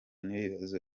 n’ibibazo